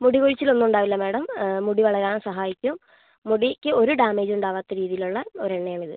മുടി കൊഴിച്ചലൊന്നും ഉണ്ടാവില്ല മേഡം മുടി വളരാൻ സഹായിക്കും മുടിക്ക് ഒരു ഡാമേജും ഉണ്ടാവാത്ത രീതിയിലുള്ള ഒരു എണ്ണയാണ് ഇത്